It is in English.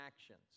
actions